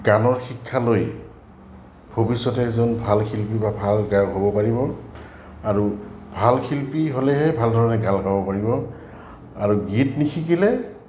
গানৰ শিক্ষা লৈ ভৱিষ্যতে এজন ভাল শিল্পী বা ভাল গায়ক হ'ব পাৰিব আৰু ভাল শিল্পী হ'লেহে ভাল ধৰণে গান গাব পাৰিব আৰু গীত নিশিকিলে